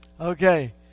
Okay